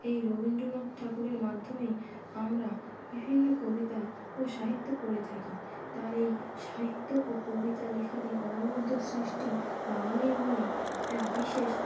এই রবীন্দ্রনাথ ঠাকুরের মাধ্যমেই আমরা বিভিন্ন কবিতা ও সাহিত্য পড়ে থাকি তার এই সাহিত্য ও কবিতা লেখার এই অনবদ্য সৃষ্টি বাঙালির মনে এক বিশেষ